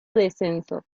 descenso